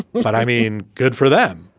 but i mean, good for them.